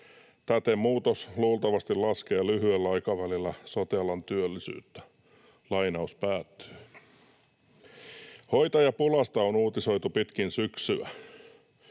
Täten muutos luultavasti laskee lyhyellä aikavälillä sote-alan työllisyyttä.” Hoitajapulasta on uutisoitu pitkin syksyä.